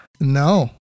No